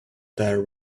there